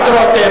למועצת הרבנות,